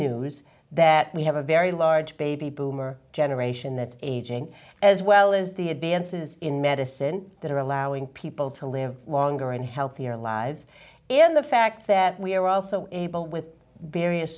news that we have a very large baby boomer generation that's aging as well as the advances in medicine that are allowing people to live longer and healthier lives in the fact that we are also able with various